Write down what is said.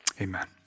amen